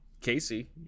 casey